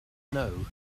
know